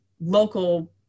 local